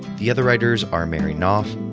the other writers are mary knauf,